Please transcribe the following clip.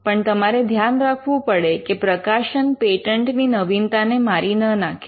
પણ તમારે ધ્યાન રાખવું પડે કે પ્રકાશન પેટન્ટની નવીનતાને મારી ન નાખે